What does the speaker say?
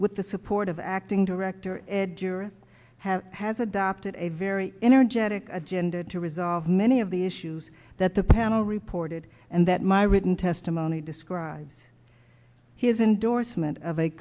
with the support of acting director ed dura have has adopted a very energetic agenda to resolve many of the issues that the panel reported and that my written testimony describes his endorsement of a